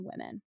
women